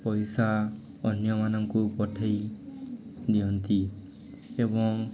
ପଇସା ଅନ୍ୟମାନଙ୍କୁ ପଠେଇ ଦିଅନ୍ତି ଏବଂ